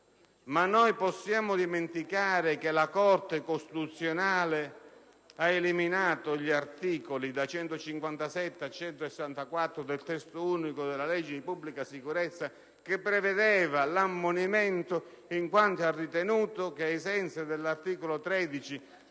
Ma possiamo noi dimenticare che la Corte costituzionale ha eliminato gli articoli da 157 a 164 del Testo unico di pubblica sicurezza, che prevedevano l'ammonimento, in quanto ha ritenuto che ai sensi dell'articolo 13